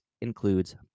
includes